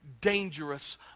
dangerous